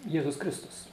jėzus kristus